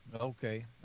Okay